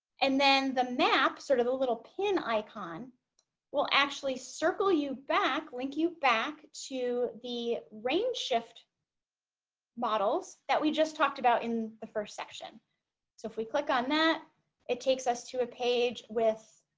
and then the map sort of a little pin icon will actually circle you back link you back to the range shift models that we just talked about in the first section so if we click on that it takes us to a page with